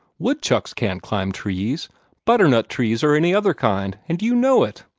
woodchucks can't climb trees butternut-trees or any other kind and you know it